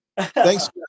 Thanks